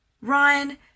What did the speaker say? Ryan